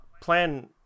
plan